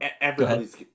everybody's